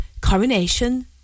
coronation